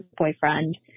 boyfriend